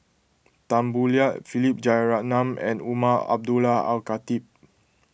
Tan Boo Liat Philip Jeyaretnam and Umar Abdullah Al Khatib